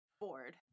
bored